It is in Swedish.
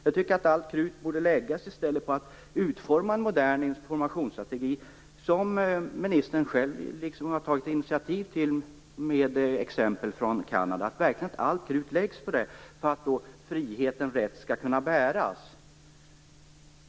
Jag tycker att allt krut i stället borde läggas på att utforma en modern informationsstrategi som den ministern själv har tagit initiativ till med exempel från Kanada. Här borde verkligen allt krut läggas för att friheten rätt skall kunna bäras.